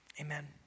amen